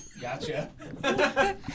Gotcha